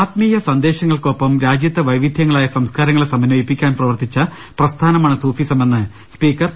ആത്മീയ സന്ദേശങ്ങൾക്കൊപ്പം രാജ്യത്തെ വൈവിധ്യങ്ങളായ സംസ്കാര ങ്ങളെ സമന്ധയിപ്പിക്കാൻ പ്രവർത്തിച്ച പ്രസ്ഥാനമാണ് സൂഫിസമെന്ന് സ്പീ ക്കർ പി